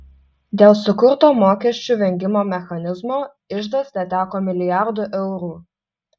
dėl sukurto mokesčių vengimo mechanizmo iždas neteko milijardų eurų